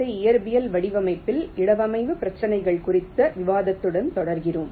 ஐ இயற்பியல் வடிவமைப்பில் இடவமைவு பிரச்சினைகள் குறித்த விவாதத்துடன் தொடர்கிறோம்